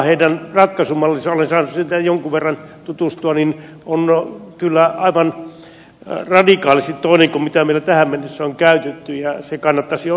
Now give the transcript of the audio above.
heidän ratkaisumallinsa olen saanut siihen jonkun verran tutustua on kyllä aivan radikaalisti toinen kuin mitä meillä tähän mennessä on käytetty ja se kannattaisi selvityttää